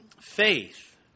faith